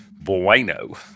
Bueno